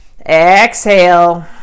exhale